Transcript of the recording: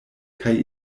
kaj